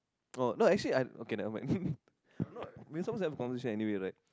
no no actually I okay never mind I'm not we're supposed to have a conversation anyway right